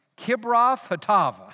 Kibroth-Hatava